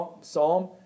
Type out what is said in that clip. psalm